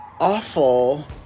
awful